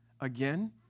again